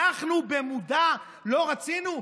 אנחנו במודע לא רצינו?